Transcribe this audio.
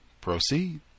proceed